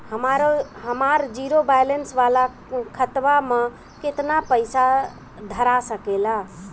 हमार zero balance वाला खतवा म केतना पईसा धरा सकेला?